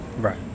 Right